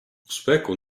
спеку